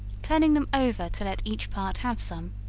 turning them over to let each part have some,